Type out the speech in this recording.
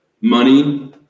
Money